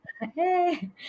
Hey